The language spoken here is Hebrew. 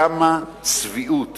כמה צביעות